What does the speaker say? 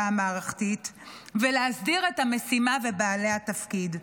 המערכתית ולהסדיר את המשימה ואת בעלי התפקיד.